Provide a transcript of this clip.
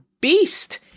beast